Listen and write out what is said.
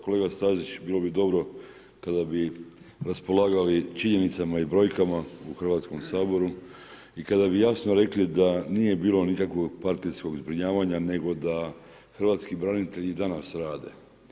Kolega Stazić, bilo bi dobro kada bi raspolagali činjenicama i brojkama u Hrvatskom saboru i kada bi jasno rekli da nije bilo nikakvog partijskog zbrinjavanja, nego da hrvatski branitelji i danas rade.